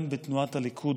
גם בתנועת הליכוד,